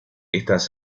estas